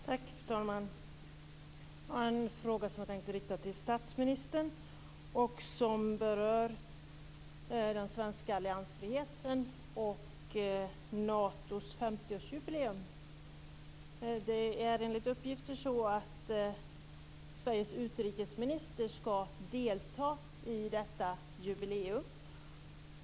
Fru talman! Jag har en fråga som jag tänkte rikta till statsministern och som berör den svenska alliansfriheten och Natos 50-årsjubileum. Enligt uppgift skall Sveriges utrikesminister delta i detta jubileum.